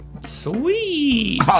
Sweet